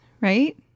right